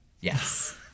Yes